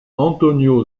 antonio